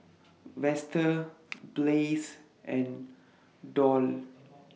Vester Blaise and Doll